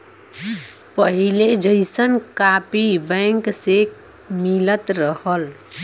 पहिले जइसन copy bank से मिलत रहल